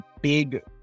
big